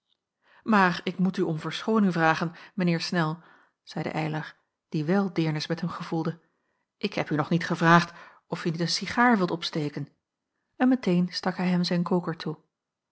maar ik moet u om verschooning vragen mijn heer snel zeide eylar die wel deernis met hem gevoelde ik heb u nog niet gevraagd of je niet een cigaar wilt opsteken en meteen stak hij hem zijn koker toe